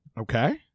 Okay